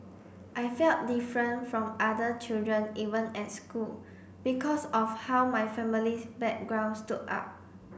I felt different from other children even at school because of how my family's background stood out